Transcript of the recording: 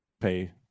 pay